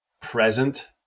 present